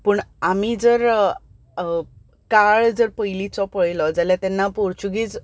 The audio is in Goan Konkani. पूण आमी जर काळ जर पयलींचो पयलो जाल्यार तेन्ना पोर्च्युगीस